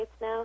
now